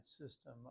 system